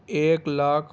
ایک لاکھ